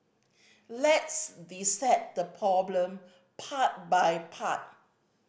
let's dissect the problem part by part